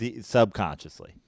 Subconsciously